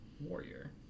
warrior